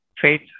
faith